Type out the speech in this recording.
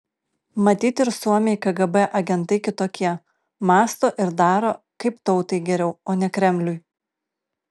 matyt ir suomiai kgb agentai kitokie mąsto ir daro kaip tautai geriau o ne kremliui